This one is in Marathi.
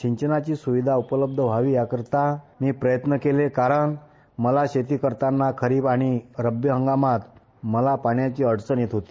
सिंचनाची सुविधा उपलब्ध व्हावी याकरिता मी प्रयत्न केले कारण मला शेती करताना खरीप आणि रब्बी हंगामात मला पाण्याची अडचण येत होती